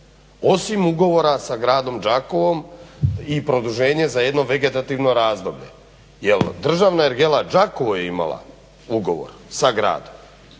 osim ugovora sa gradom Đakovom i produženje za jedno vegetativno razdoblje jer državna ergela Đakovo je imala ugovor sa gradom